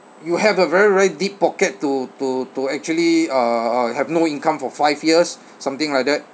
you have a very very deep pocket to to to actually uh uh have no income for five years something like that